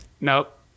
nope